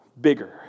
bigger